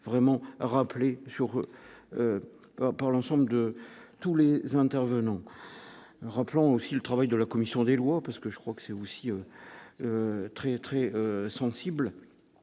vraiment rappeler sur par l'ensemble de tous les intervenants, rappelons aussi le travail de la commission des lois, parce que je crois que c'est aussi très très sensible